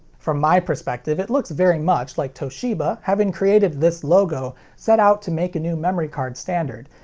from my perspective, it looks very much like toshiba, having created this logo, set out to make a new memory card standard,